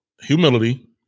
Humility